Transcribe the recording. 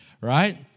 right